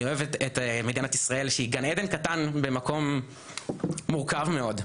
אני אוהב את מדינת ישראל שהיא גן עדן קטן במקום מורכב מאוד,